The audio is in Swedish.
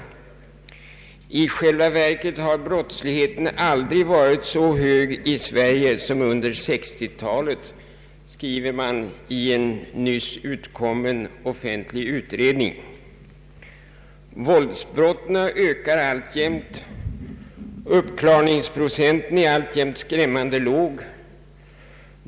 I själva verket har brottsligheten aldrig varit så hög i Sverige som under 1960-talet, skriver man i en nyss utkommen offentlig utredning. Våldsbrotten ökar alltjämt. Uppklarningsprocenten är alltjämt skrämmande låg.